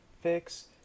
Fix